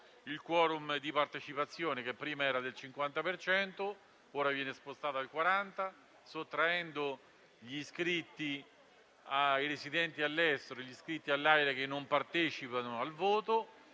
il *quorum* di partecipazione. Prima era del 50 per cento, ora viene spostato al 40, sottraendo agli iscritti i residenti all'estero iscritti all'AIRE che non partecipano al voto,